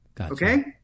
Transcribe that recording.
Okay